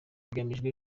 hagamijwe